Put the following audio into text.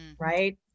Right